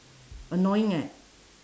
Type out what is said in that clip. annoying eh